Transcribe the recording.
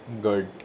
good